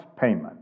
payment